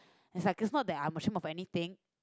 as is not that I am ashamed of anything